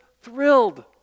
thrilled